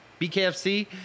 BKFC